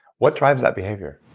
what drives that behavior?